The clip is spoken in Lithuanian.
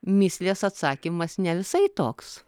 mįslės atsakymas ne visai toks